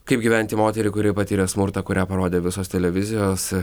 kaip gyventi moteriai kuri patyrė smurtą kurią parodė visos televizijos